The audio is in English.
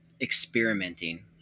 experimenting